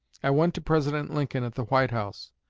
i went to president lincoln at the white house,